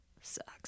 sucks